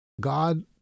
God